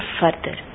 further